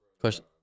question